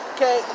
Okay